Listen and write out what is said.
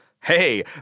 Hey